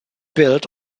built